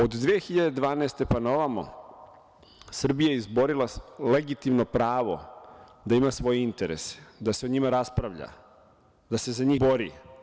Od 2012. godine, pa na ovamo Srbija je izborila legitimno pravo da ima svoje interese, da se o njima raspravlja, da se za njih bori.